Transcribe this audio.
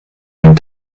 den